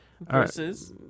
Versus